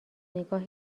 نگاه